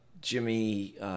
Jimmy